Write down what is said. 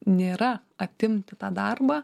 nėra atimti tą darbą